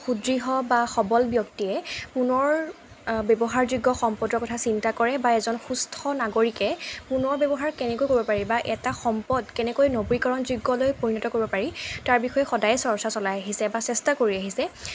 সুদৃহ বা সবল ব্যক্তিয়ে পুনৰ ব্যৱহাৰযোগ্য সম্পদৰ কথা চিন্তা কৰে বা এজন সুস্থ নাগৰিকে পুনৰ ব্যৱহাৰ কেনেকৈ কৰিব পাৰি বা এটা সম্পদ কেনেকৈ নৱীকৰণযোগ্যলৈ পৰিণত কৰিব পাৰি তাৰ বিষয়ে সদায়েই চৰ্চা চলাই আহিছে বা চেষ্টা কৰি আহিছে